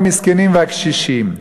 המסכנים והקשישים?